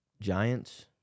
Giants